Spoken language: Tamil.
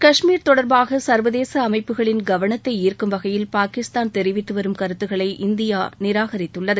காஷ்மீர் தொடர்பாக சர்வதேச அமைப்புகளின் கவனத்தை ஈர்க்கும் வகையில் பாகிஸ்தான் தெரிவித்துவரும் கருத்துகளை இந்தியா நிராகரித்துள்ளது